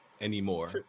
anymore